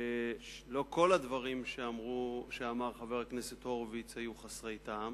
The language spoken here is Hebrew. שלא כל הדברים שאמר חבר הכנסת הורוביץ היו חסרי טעם,